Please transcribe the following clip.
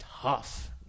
tough